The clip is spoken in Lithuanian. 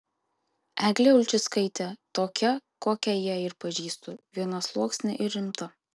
eglė ulčickaitė tokia kokią ją ir pažįstu vienasluoksnė ir rimta